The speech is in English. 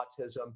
autism